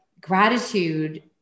gratitude